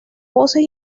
voces